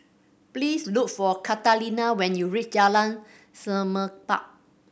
please look for Catalina when you reach Jalan Semerbak